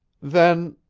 then,